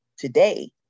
today